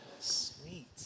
Sweet